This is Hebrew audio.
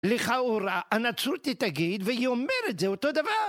לכאורה, הנצרות היא תגיד - והיא אומרת - זה אותו דבר!